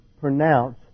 pronounce